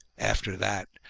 after that,